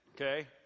okay